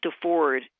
afford